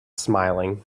smiling